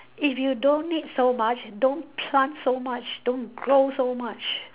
if you don't need so much don't plant so much don't grow so much